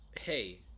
hey